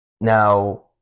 now